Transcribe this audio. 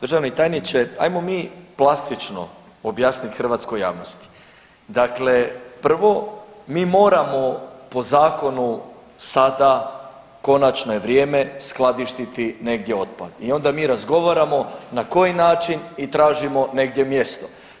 Državni tajniče, ajmo mi plastično objasnit hrvatskoj javnosti, dakle prvo mi moramo po zakonu sada konačno je vrijeme skladištiti negdje otpad i onda mi razgovaramo na koji način i tražimo negdje mjesto.